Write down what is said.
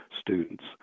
students